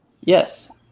Yes